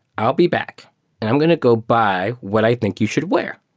i'll be back and i'm going to go buy what i think you should wear,